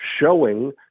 showing